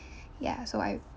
ya so I